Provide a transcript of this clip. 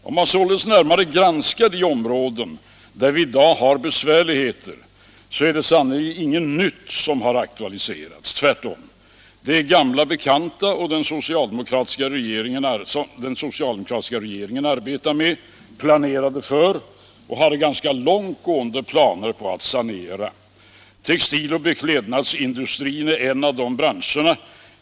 Om vi således närmare granskar de områden där vi i dag har besvärligheter, så visar det sig att det sannerligen inte är någonting nytt som har aktualiserats. Det är tvärtom gamla bekanta, som den socialdemokratiska regeringen arbetade och planerade för — man hade ganska långt gående planer på att sanera. Textil och beklädnadsindustrin är en av de branscherna.